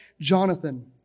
Jonathan